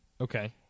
Okay